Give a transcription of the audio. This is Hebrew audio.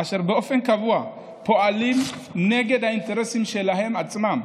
אשר באופן קבוע פועלים נגד האינטרסים שלהם עצמם,